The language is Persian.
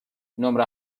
نمره